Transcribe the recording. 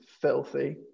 filthy